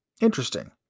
Interesting